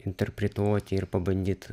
interpretuoti ir pabandyt